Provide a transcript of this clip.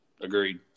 Agreed